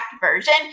version